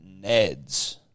Neds